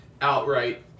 outright